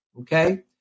Okay